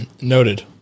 noted